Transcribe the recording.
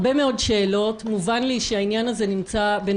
אני מודה לחבר